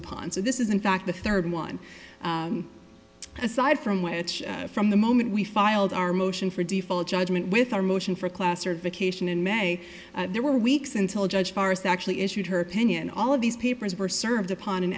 upon so this is in fact the third one aside from which from the moment we filed our motion for default judgment with our motion for class or vacation in may there were weeks until a judge doris actually issued her opinion all of these papers were served upon an